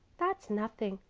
that's nothing.